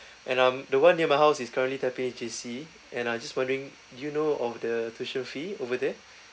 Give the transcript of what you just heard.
and um the one near my house is currently tampines S_J_C and uh just wondering do you know of the tuition fee over there